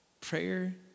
Prayer